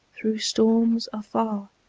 through storms, afar!